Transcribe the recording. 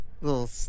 little